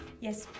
Yes